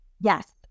Yes